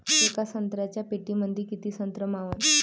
येका संत्र्याच्या पेटीमंदी किती संत्र मावन?